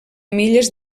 milles